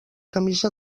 camisa